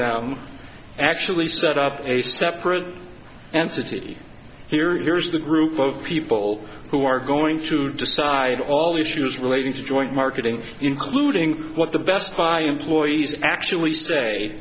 them actually set up a separate entity here is the group of people who are going to decide all the issues relating to joint marketing including what the best buy employees actually say